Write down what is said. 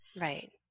Right